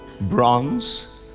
bronze